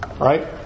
Right